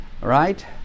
Right